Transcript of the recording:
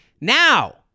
Now